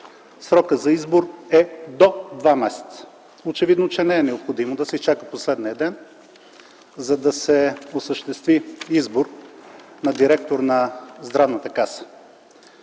срокът за избор е до два месеца. Очевидно е, че не е необходимо да се изчаква последния ден, за да се осъществи избор на директор на Здравната каса.